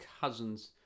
cousins